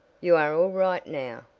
you are all right now,